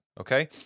okay